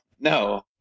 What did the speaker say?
no